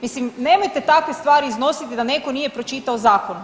Mislim, nemojte takve stvari iznositi da netko nije pročitao zakon.